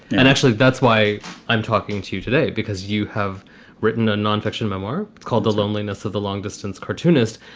and actually, that's why i'm talking to you today, because you have written a non-fiction memoir called the loneliness of the long-distance cartoonist.